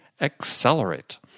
accelerate